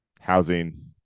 Housing